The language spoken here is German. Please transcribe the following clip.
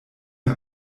mir